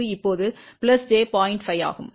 5 ஆகும்